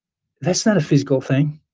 that's not a physical thing.